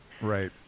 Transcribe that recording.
Right